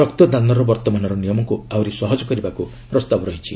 ରକ୍ତଦାନର ବର୍ତ୍ତମାନର ନିୟମକୁ ଆହୁରି ସହଜ କରିବାକୁ ପ୍ରସ୍ତାବ ରହିଛି